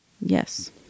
yes